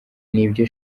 nibyo